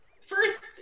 first